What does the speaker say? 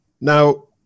Now